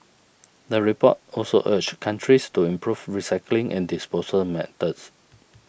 the report also urged countries to improve recycling and disposal methods